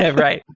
right.